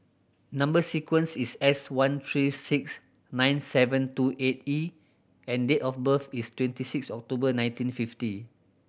number sequence is S one three six nine seven two eight E and date of birth is twenty six October nineteen fifty